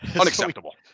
Unacceptable